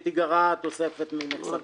תיגרע התוספת ממכסתו.